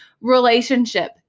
relationship